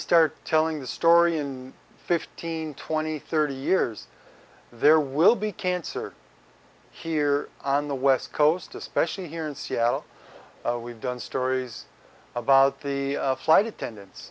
start telling the story in fifteen twenty thirty years there will be cancer here on the west coast especially here in seattle we've done stories about the flight attendants